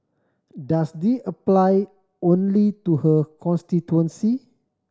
does they apply only to her constituency